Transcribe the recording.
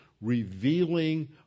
revealing